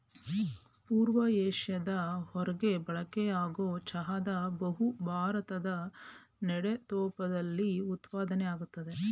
ಪೂರ್ವ ಏಷ್ಯಾದ ಹೊರ್ಗೆ ಬಳಕೆಯಾಗೊ ಚಹಾದ ಬಹುಭಾ ಭಾರದ್ ನೆಡುತೋಪಲ್ಲಿ ಉತ್ಪಾದ್ನೆ ಆಗ್ತದೆ